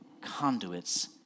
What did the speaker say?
conduits